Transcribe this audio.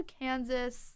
Kansas